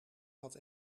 had